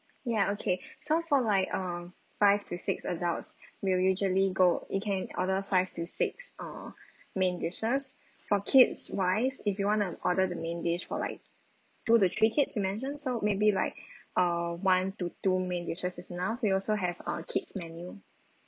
ya okay so for like err five to six adults meal usually go you can order five to six err main dishes for kids wise if you want to order the main dish for like two to three kids you mentioned so maybe like err one to two main dishes is enough we also have err kids menu